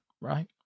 right